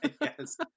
Yes